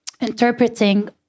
interpreting